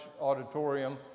auditorium